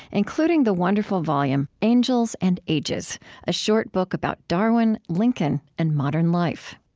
including the wonderful volume angels and ages a short book about darwin, lincoln, and modern life